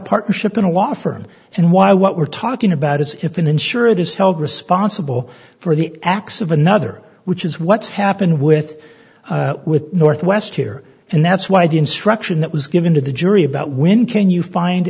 partnership in a law firm and why what we're talking about is if an insurance is held responsible for the acts of another which is what's happened with with northwest here and that's why the instruction that was given to the jury about when can you find